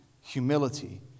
humility